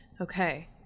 okay